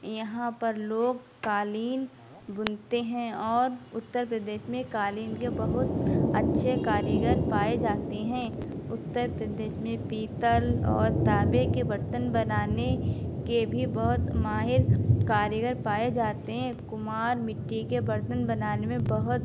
یہاں پر لوگ قالین بنتے ہیں اور اتر پردیش میں قالین کے بہت اچھے کاریگر پائے جاتے ہیں اتر پردیش میں پیتل اور تانبے کے برتن بنانے کے بھی بہت ماہر کاریگر پائے جاتے ہیں کمہار مٹی کے برتن بنانے میں بہت